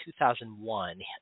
2001